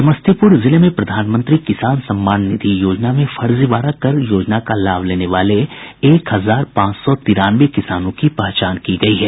समस्तीपुर जिले में प्रधानमंत्री किसान सम्मान निधि योजना में फर्जीवाड़ा कर योजना का लाभ लेने वाले एक हजार पांच सौ तिरानवे लोगों की पहचान की गयी है